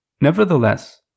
Nevertheless